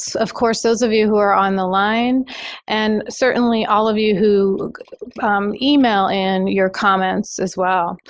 of course, those of you who are on the line and certainly all of you who email in your comments as well.